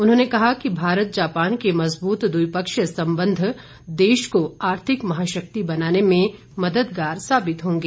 उन्होंने कहा कि भारत जापान के मजबूत द्विपक्षीय संबंध देश को आर्थिक महाशक्ति बनाने में मददगार साबित होंगे